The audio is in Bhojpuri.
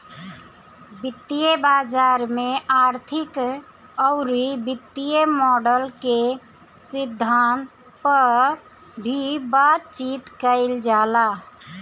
वित्तीय बाजार में आर्थिक अउरी वित्तीय मॉडल के सिद्धांत पअ भी बातचीत कईल जाला